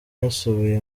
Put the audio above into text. yasuye